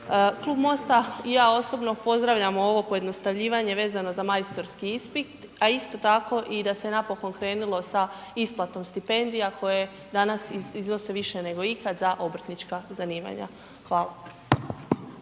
Klub MOST-a i ja osobno pozdravljamo ovo pojednostavljivanje vezano za majstorski ispit, a isto tako i da se napokon krenulo sa isplatom stipendija koje danas iznose više nego ikad za obrtnička zanimanja. Hvala.